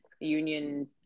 union